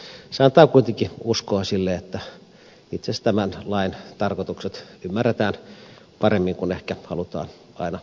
se antaa kuitenkin uskoa sille että itse asiassa tämän lain tarkoitukset ymmärretään paremmin kuin ehkä halutaan aina sanoakaan